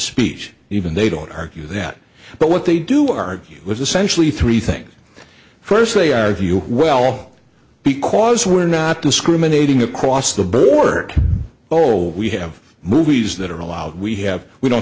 speech even they don't argue that but what they do argue was essentially three things first they argue well because we're not discriminating across the board poll we have movies that are allowed we have we don't